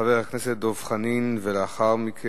חבר הכנסת דב חנין, ואחריו,